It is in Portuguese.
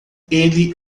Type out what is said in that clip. ele